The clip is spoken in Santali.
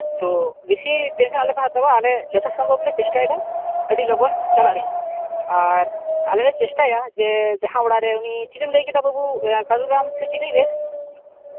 ᱛᱳ ᱵᱮᱥᱤ ᱴᱮᱱᱥᱮᱱ ᱟᱞᱚ ᱯᱮ ᱦᱟᱛᱟᱣᱟ ᱟᱞᱮ ᱡᱚᱛᱷᱟ ᱥᱚᱢᱵᱷᱚᱵᱽ ᱞᱮ ᱪᱮᱥᱴᱟᱭᱮᱫᱟ ᱟᱹᱰᱤ ᱞᱚᱜᱚᱱ ᱪᱟᱞᱟᱜ ᱨᱮᱭᱟᱜ ᱟᱨ ᱟᱞᱮ ᱞᱮ ᱪᱮᱥᱴᱟᱭᱟ ᱡᱮ ᱡᱟᱦᱟᱸ ᱚᱲᱟᱜ ᱨᱮ ᱩᱱᱤ ᱪᱤᱞᱤᱢ ᱞᱟᱹᱭ ᱠᱮᱫᱟ ᱵᱟᱹᱵᱩ ᱠᱟᱹᱞᱩᱨᱟᱢ ᱥᱮ ᱪᱤᱞᱤ ᱵᱮᱥ